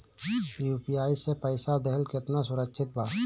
UPI से पईसा देहल केतना सुरक्षित बा?